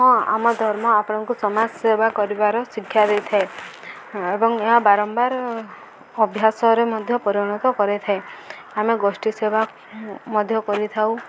ହଁ ଆମ ଧର୍ମ ଆପଣଙ୍କୁ ସମାଜ ସେବା କରିବାର ଶିକ୍ଷା ଦେଇଥାଏ ଏବଂ ଏହା ବାରମ୍ବାର ଅଭ୍ୟାସରେ ମଧ୍ୟ ପରିଣତ କରେଇଥାଏ ଆମେ ଗୋଷ୍ଠୀ ସେବା ମଧ୍ୟ କରିଥାଉ